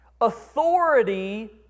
authority